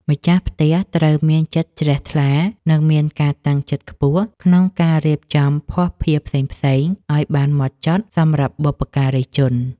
ម្ចាស់ផ្ទះត្រូវមានចិត្តជ្រះថ្លា និងមានការតាំងចិត្តខ្ពស់ក្នុងការរៀបចំភស្តុភារផ្សេងៗឱ្យបានហ្មត់ចត់សម្រាប់បុព្វការីជន។